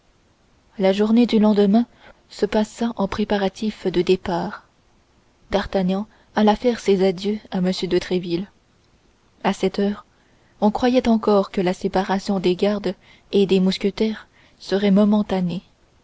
la journée du lendemain se passa en préparatifs de départ d'artagnan alla faire ses adieux à m de tréville à cette heure on croyait encore que la séparation des gardes et des mousquetaires serait momentanée